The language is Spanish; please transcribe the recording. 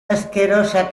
asquerosa